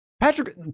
Patrick